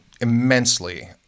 immensely